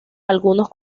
algunos